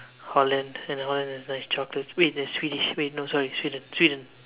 Holland and Holland has nice chocolates wait that's Swedish wait no sorry Sweden Sweden